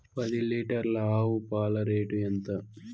పది లీటర్ల ఆవు పాల రేటు ఎంత?